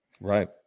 right